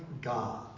God